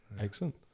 excellent